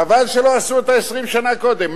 חבל שלא עשו אותה 20 שנה קודם.